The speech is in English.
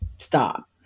stop